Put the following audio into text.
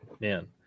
man